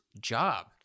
job